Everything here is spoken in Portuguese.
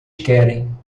querem